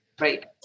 Right